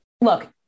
look